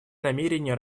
намерение